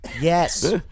Yes